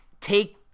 Take